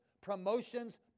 promotions